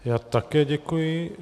Já také děkuji.